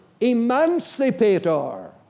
emancipator